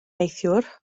neithiwr